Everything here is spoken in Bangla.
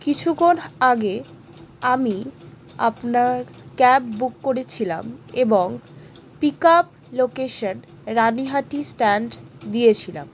কিছুক্ষণ আগে আমি আপনার ক্যাব বুক করেছিলাম এবং pick up location Ranihati stand দিয়েছিলাম